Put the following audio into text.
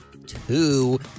two